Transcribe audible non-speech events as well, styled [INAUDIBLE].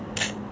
[NOISE]